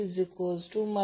तर हे लिहू शकतो